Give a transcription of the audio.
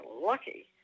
lucky